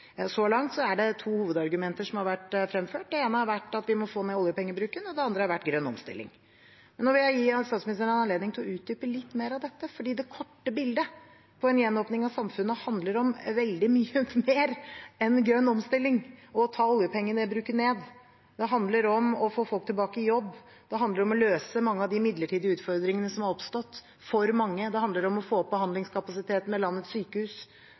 Så langt er det to hovedargumenter som har vært fremført. Det ene har vært at vi må få ned oljepengebruken, og det andre har vært grønn omstilling. Nå vil jeg gi statsministeren en anledning til å utdype litt mer av dette, for det kortsiktige bildet på en gjenåpning av samfunnet handler om veldig mye mer enn grønn omstilling og å ta oljepengebruken ned. Det handler om å få folk tilbake i jobb, det handler om å løse mange av de midlertidige utfordringene som har oppstått for mange, det handler om å få opp behandlingskapasiteten ved landets sykehus,